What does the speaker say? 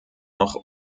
noch